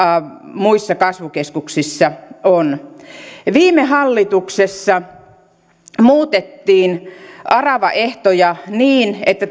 muissa kasvukeskuksissa on viime hallituksessa muutettiin aravaehtoja niin että